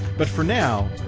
but for now,